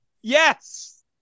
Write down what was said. Yes